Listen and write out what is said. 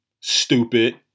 Stupid